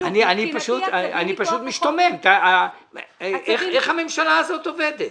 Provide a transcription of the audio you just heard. אני פשוט משתומם איך הממשלה הזאת עובדת.